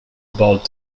about